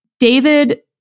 David